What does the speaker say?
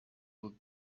would